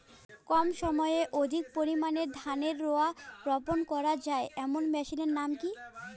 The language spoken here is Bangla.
কম সময়ে অধিক পরিমাণে ধানের রোয়া বপন করা য়ায় এমন মেশিনের নাম কি?